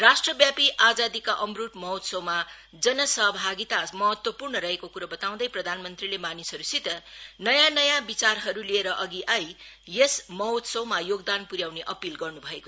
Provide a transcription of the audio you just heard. राष्ट्रव्यापी आजादी का अमरूद महोत्सवमा जन सहभागिता महत्वपूर्ण रहेको कुरो बताउँदै प्रधानमंत्रीले मानिसहरूसित नयाँ नयाँ विचारहरू लिएर अधि आई यस महोत्सबमा योगदान पर्याउने अपील गर्न् भयो